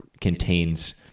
contains